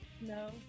No